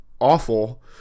awful